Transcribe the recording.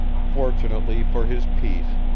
fortunately for his peace,